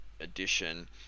edition